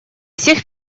всех